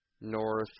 north